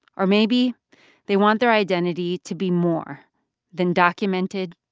or maybe they want their identity to be more than documented,